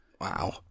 Wow